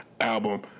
album